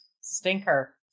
stinker